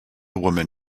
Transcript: woman